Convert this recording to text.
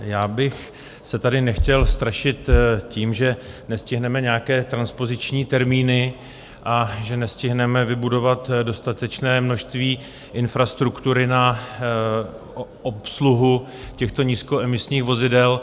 Já bych se tady nechtěl strašit tím, že nestihneme nějaké transpoziční termíny a že nestihneme vybudovat dostatečné množství infrastruktury na obsluhu těchto nízkoemisních vozidel.